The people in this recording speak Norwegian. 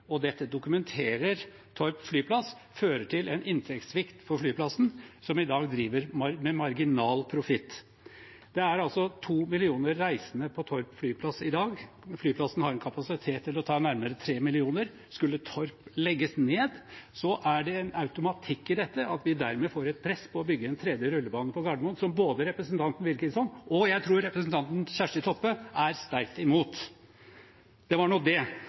og dette dokumenterer Torp flyplass, føre til en inntektssvikt på flyplassen som i dag drives med marginal profitt. Det er 2 millioner reisende på Torp flyplass i dag, og flyplassen har kapasitet for å ta nærmere 3 millioner. Skulle Torp legges ned, er det en automatikk i det at vi dermed får press på å bygge en tredje rullebane på Gardermoen, som både representanten Wilkinson og, jeg tror, representanten Kjersti Toppe er sterkt imot. Det var nå det.